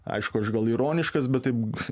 aišku aš gal ironiškas bet taip